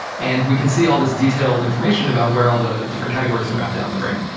and we can see all this detailed information about where all the different categories are mapped out in the brain.